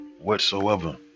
Whatsoever